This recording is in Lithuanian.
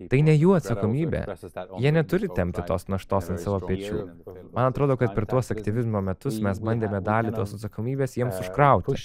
tai ne jų atsakomybė jie neturi tempti tos naštos ant savo pečių man atrodo kad per tuos aktyvizmo metus mes bandėme dalį tos atsakomybės jiems užkrauti